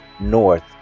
North